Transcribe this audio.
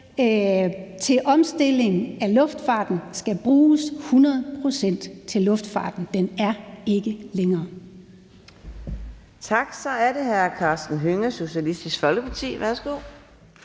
en omstilling af luftfarten, skal bruges til luftfarten. Den er ikke længere.